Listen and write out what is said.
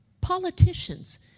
politicians